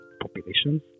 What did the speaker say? populations